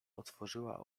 otworzyła